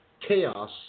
chaos